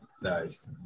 nice